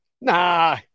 nah